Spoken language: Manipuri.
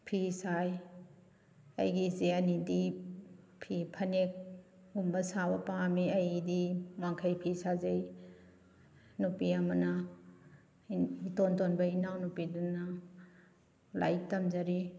ꯐꯤ ꯁꯥꯏ ꯑꯩꯒꯤ ꯏꯆꯦ ꯑꯅꯤꯗꯤ ꯐꯤ ꯐꯅꯦꯛꯀꯨꯝꯕ ꯁꯥꯕ ꯄꯥꯝꯃꯤ ꯑꯩꯗꯤ ꯋꯥꯡꯈꯩ ꯐꯤ ꯁꯥꯖꯩ ꯅꯨꯄꯤ ꯑꯃꯅ ꯏꯇꯣꯟ ꯇꯣꯟꯕ ꯏꯅꯥꯎ ꯅꯨꯄꯤꯗꯨꯅ ꯂꯥꯏꯔꯤꯛ ꯇꯝꯖꯔꯤ